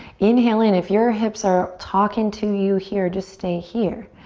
inhale in, if your hips are talking to you here, just stay here.